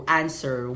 answer